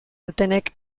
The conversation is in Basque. dutenek